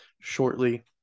shortly